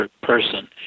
person